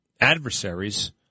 adversaries